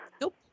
Nope